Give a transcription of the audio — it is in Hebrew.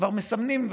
כבר מסמנים,